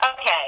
Okay